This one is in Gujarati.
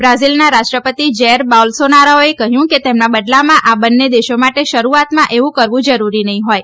બ્રાઝીલના રાષ્ટ્રપતિ જેર બોલસોનારોએ કહ્યું કે તેના બદલામાં આ બંને દેશો માટે શરૂઆતમાં એવું કરવું જરૂરી નહીં હોય